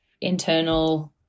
internal